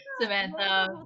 Samantha